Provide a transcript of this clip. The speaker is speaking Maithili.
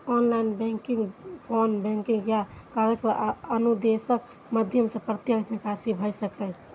ऑनलाइन बैंकिंग, फोन बैंकिंग या कागज पर अनुदेशक माध्यम सं प्रत्यक्ष निकासी भए सकैए